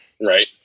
Right